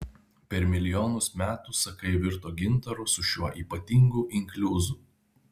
per milijonus metų sakai virto gintaru su šiuo ypatingu inkliuzu